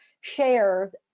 shares